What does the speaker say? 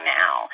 now